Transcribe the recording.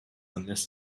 unless